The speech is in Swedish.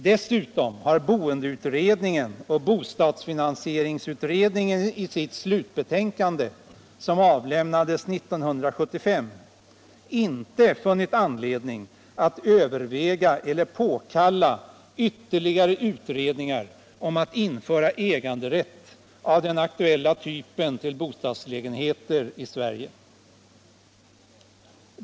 Dessutom har boendeutredningen och bostadsfinansieringsutredningen i sitt slutbetänkande, som avlämnades 1975, inte funnit anledning att överväga eller påkalla ytterligare utredningar om att införa äganderätt av den aktuella typen till bostadslägenheter i Sverige.